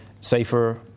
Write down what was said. safer